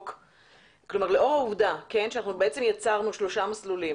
לאור העובדה שיצרנו שלושה מסלולים